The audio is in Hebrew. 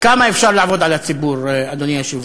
כמה אפשר לעבוד על הציבור, אדוני היושב-ראש,